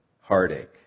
heartache